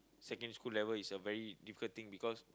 secondary school level is a very difficult thing because